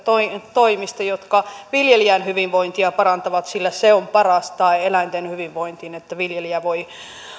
toimista jotka viljelijän hyvinvointia parantavat sillä se on paras tae eläinten hyvinvoinnille että viljelijä voi